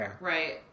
Right